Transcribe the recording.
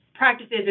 practices